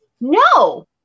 No